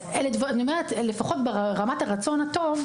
לפחות ברמת הרצון הטוב,